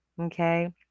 okay